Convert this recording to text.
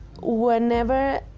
whenever